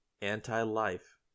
anti-life